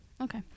okay